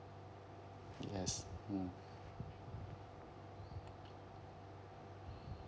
yes mm